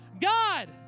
God